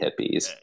hippies